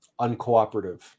uncooperative